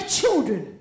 children